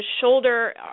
shoulder